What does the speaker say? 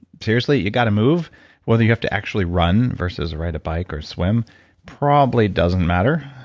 seriously, you got to move whether you have to actually run versus ride a bike or swim probably doesn't matter.